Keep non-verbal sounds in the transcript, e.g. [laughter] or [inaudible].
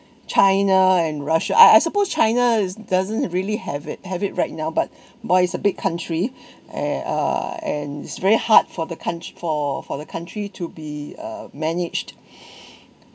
china and russia I I suppose china doesn't really have it have it right now but [breath] but it's a big country [breath] and uh and it's very hard for the countr~ for for the country to be uh managed [breath]